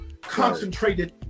concentrated